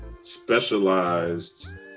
specialized